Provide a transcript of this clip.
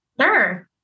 Sure